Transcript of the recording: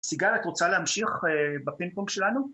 סיגל, את רוצה להמשיך בפינג פונג שלנו?